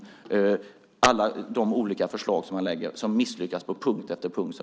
Man misslyckas på punkt efter punkt med alla olika förslag som man lägger fram.